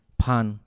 pan